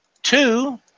two